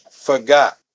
Forgot